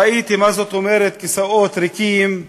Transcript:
ראיתי מה זאת אומרת כיסאות ריקים,